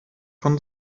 von